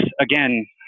again